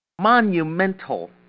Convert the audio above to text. monumental